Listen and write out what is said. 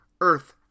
earth